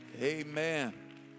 Amen